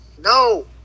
no